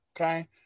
Okay